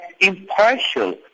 impartial